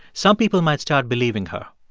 some people might start believing her.